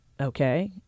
okay